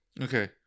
Okay